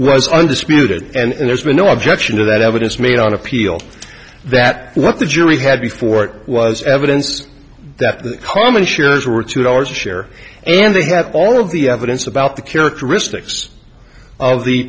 was undisputed and there's been no objection to that evidence made on appeal that what the jury had before it was evidence that the common shares were two dollars a share and they have all of the evidence about the characteristics of the